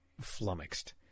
flummoxed